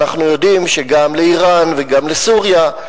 ואנחנו יודעים שגם לאירן וגם לסוריה,